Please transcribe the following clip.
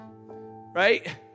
right